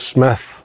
Smith